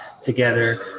together